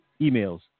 emails